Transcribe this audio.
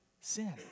sin